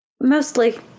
Mostly